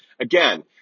again